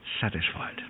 satisfied